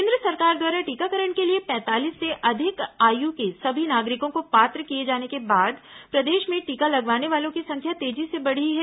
केन्द्र सरकार द्वारा टीकाकरण के लिए पैंतालीस से अधिक आयु के सभी नागरिकों को पात्र किए जाने के बाद प्रदेश में टीका लगवाने वालों की संख्या तेजी से बढ़ी है